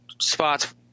spots